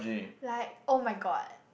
like [oh]-my-god